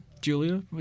Julia